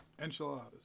Enchiladas